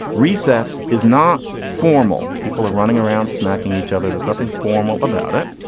recess is not formal. people are running around smacking each other. there's nothing formal about it.